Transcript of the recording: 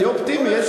תהיה אופטימי.